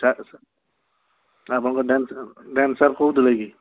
ତା ଆପଣଙ୍କ dance dancer କହୁଥିଲେ କି